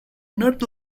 not